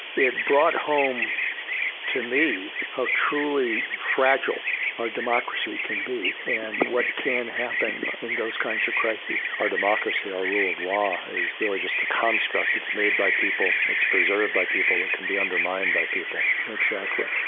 it brought home to me how truly fragile our democracy can be and what can happen in those kinds of crises. our democracy, our rule of law, is really just a construct. it's made by people, it's preserved by people, that can be undermined by people. exactly.